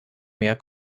mehr